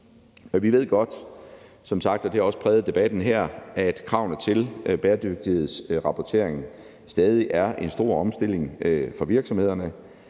her, at kravene til bæredygtighedsrapportering stadig er en stor omstilling for virksomhederne.